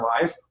life